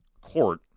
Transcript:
court